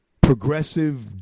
progressive